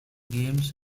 games